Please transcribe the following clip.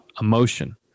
emotion